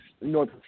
north